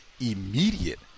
immediate